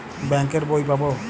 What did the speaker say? Bank এর বই পাবো?